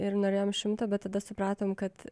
ir norėjom šimto bet tada supratom kad